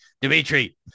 Dimitri